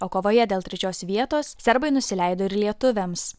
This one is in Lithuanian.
o kovoje dėl trečios vietos serbai nusileido ir lietuviams